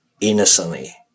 innocently